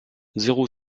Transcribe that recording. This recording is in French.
zéro